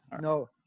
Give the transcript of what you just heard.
No